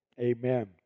amen